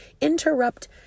Interrupt